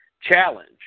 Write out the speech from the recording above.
challenge